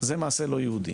זה מעשה לא יהודי.